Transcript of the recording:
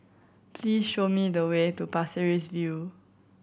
please show me the way to Pasir Ris View